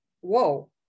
whoa